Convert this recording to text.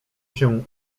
się